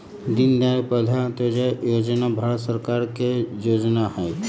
दीनदयाल उपाध्याय अंत्योदय जोजना भारत सरकार के जोजना हइ